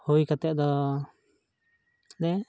ᱦᱩᱭ ᱠᱟᱛᱮᱫ ᱫᱚ ᱫᱤᱭᱮ